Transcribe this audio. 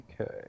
Okay